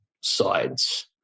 sides